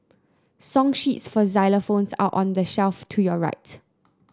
song sheets for xylophones are on the shelf to your right